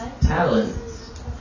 Talents